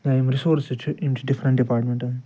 یا یِم رِسورسِز چھِ یِم چھِ ڈِفرنٛٹ ڈِپارمنٹن ہٕنٛدۍ